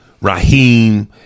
Raheem